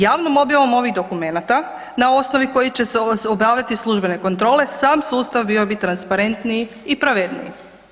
Javnom objavom ovih dokumenata na osnovi kojih će se obavljati službene kontrole, sam sustav bio bi transparentniji i pravedniji.